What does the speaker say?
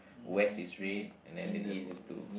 west is red and then the east is blue